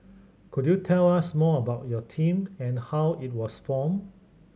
could you tell us more about your team and how it was formed